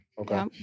okay